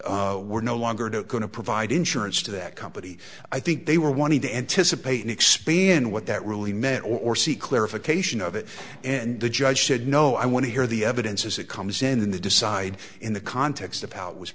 they were no longer to going to provide insurance to that company i think they were wanting to anticipate and expand what that really meant or see clarification of it and the judge said no i want to hear the evidence as it comes in the decide in the context of how it was